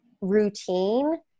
routine